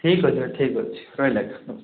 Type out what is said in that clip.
ଠିକ୍ ଅଛି ଆଜ୍ଞା ଠିକ୍ ଅଛି ରହିଲି ଆଜ୍ଞା ହଁ